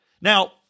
Now